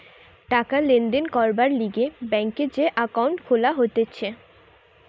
টাকা লেনদেন করবার লিগে ব্যাংকে যে একাউন্ট খুলা হতিছে